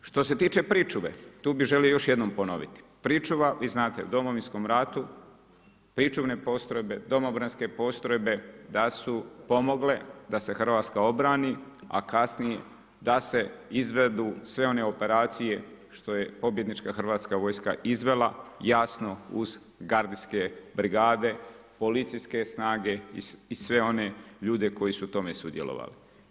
Što se tiče pričuve, tu bi želio još jednom ponoviti, pričuva, vi znate u Domovinskom ratu, pričuvne postrojbe, domobranske postrojbe, da su pomogle, da se Hrvatska obrani, a kasnije da se izvedu sve one operacije, što je pobjednička Hrvatska vojska izvela, jasno, uz gardijske brigade, policijske snage i sve one ljude koji su tome sudjelovali.